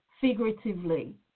figuratively